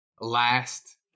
Last